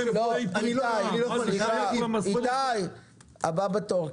--- הבא בתור.